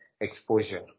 exposure